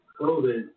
COVID